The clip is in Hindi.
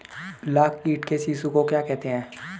लाख कीट के शिशु को क्या कहते हैं?